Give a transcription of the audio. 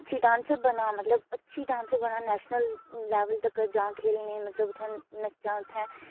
अच्छी डांसर बनांऽ मतलब अच्छी डांसर बनांऽ नेशनल लेवल तक्कर जां खेल्लने ई मतलब नच्चांऽ उ'त्थें